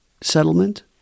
settlement